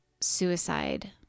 suicide